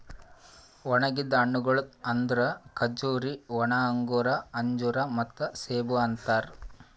ಒಣುಗಿದ್ ಹಣ್ಣಗೊಳ್ ಅಂದುರ್ ಖಜೂರಿ, ಒಣ ಅಂಗೂರ, ಅಂಜೂರ ಮತ್ತ ಸೇಬು ಅಂತಾರ್